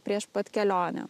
prieš pat kelionę